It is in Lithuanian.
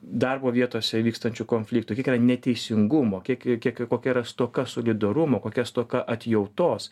darbo vietose vykstančių konfliktų kiek yra neteisingumo kiek kiek kokia yra stoka solidarumo kokia stoka atjautos